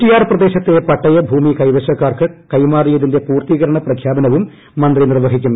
കുറ്റിയാർ പ്രദേശത്തെ പട്ടയഭൂമി കൈവശക്കാർക്ക് കൈമാറിയതിന്റെ പൂർത്തീകരണ പ്രഖ്യാപനവും മന്ത്രി നിർവ്വഹിക്കും